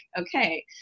okay